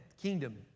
kingdom